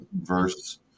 verse